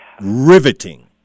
Riveting